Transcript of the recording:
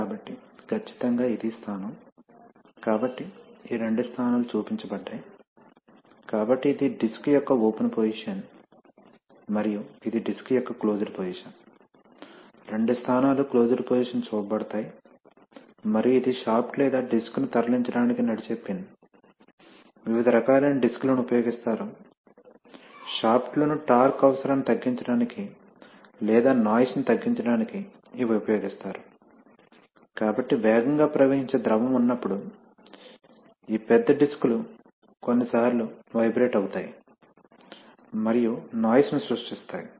కాబట్టి ఖచ్చితంగా ఇది స్థానం కాబట్టి ఈ రెండు స్థానాలు చూపించబడ్డాయి కాబట్టి ఇది డిస్క్ యొక్క ఓపెన్ పొజిషన్ మరియు ఇది డిస్క్ యొక్క క్లోజ్డ్ పొజిషన్ రెండు స్థానాలు క్లోజ్డ్ పొజిషన్ చూపబడతాయి మరియు ఇది షాఫ్ట్ లేదా డిస్క్ను తరలించడానికి నడిచే పిన్ వివిధ రకాలైన డిస్క్లను ఉపయోగిస్తారు షాఫ్ట్లోని టార్క్ అవసరాన్ని తగ్గించడానికి లేదా నాయిస్ ని తగ్గించడానికి ఇవి ఉపయోగిస్తారు కాబట్టి వేగంగా ప్రవహించే ద్రవం ఉన్నప్పుడు ఈ పెద్ద డిస్క్లు కొన్నిసార్లు వైబ్రేట్ అవుతాయి మరియు నాయిస్ ని సృష్టిస్తాయి